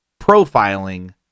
profiling